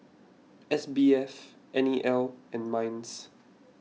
S B F N E L and Minds